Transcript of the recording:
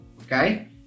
okay